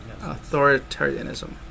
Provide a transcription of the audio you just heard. authoritarianism